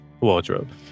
wardrobe